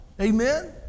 Amen